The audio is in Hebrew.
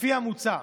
לפי המוצע,